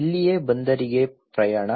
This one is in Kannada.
ಇಲ್ಲಿಯೇ ಬಂದರಿಗೆ ಪ್ರಯಾಣ